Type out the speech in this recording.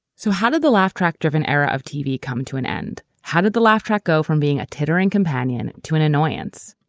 so how did the laugh track-driven era of tv come to an end? how did the laugh track go from being a tittering companion to an annoyance?